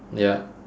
ya